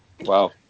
Wow